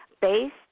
based